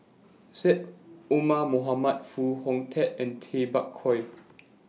Syed Omar Mohamed Foo Hong Tatt and Tay Bak Koi